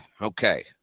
Okay